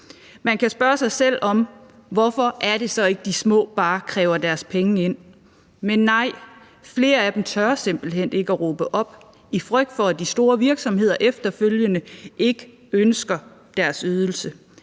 Man kan spørge sig selv, hvorfor det så er, at de små ikke bare kræver deres penge ind. Men nej, flere af dem tør simpelt hen ikke at råbe op af frygt for, at de store virksomheder efterfølgende ikke ønsker deres ydelse